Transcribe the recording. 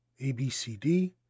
abcd